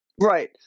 right